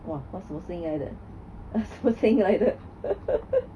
!wah! 那什么声音来的什么声音